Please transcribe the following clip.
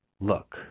look